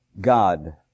God